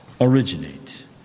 originate